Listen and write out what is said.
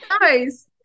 guys